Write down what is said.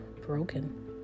broken